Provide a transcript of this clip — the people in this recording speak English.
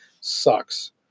sucks